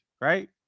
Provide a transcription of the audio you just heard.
right